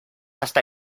hasta